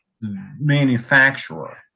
manufacturer